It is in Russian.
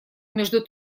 между